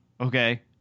Okay